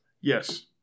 Yes